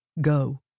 Go